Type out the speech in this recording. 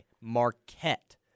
Marquette